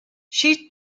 she